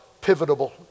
pivotal